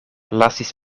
lasis